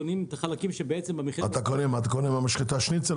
קונים את החלקים שבעצם --- אתה קונה במשחטה שניצל?